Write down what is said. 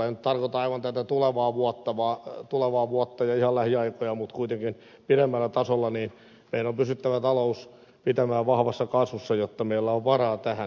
en nyt tarkoita aivan tätä tulevaa vuotta ja ihan lähiaikoja mutta kuitenkin pidemmällä tasolla meidän on pystyttävä talous pitämään vahvassa kasvussa jotta meillä on varaa tähän